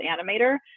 animator